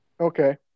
Okay